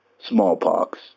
Smallpox